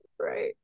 Right